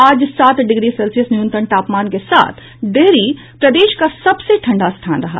आज सात degree Celsius न्यूनतम तापमान के साथ डिहरी प्रदेश का सबसे ठंडा स्थान रहा